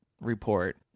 report